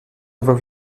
avoir